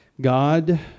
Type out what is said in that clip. God